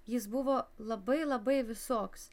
jis buvo labai labai visoks